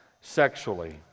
sexually